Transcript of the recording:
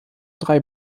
drei